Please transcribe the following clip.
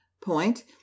Point